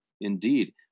Indeed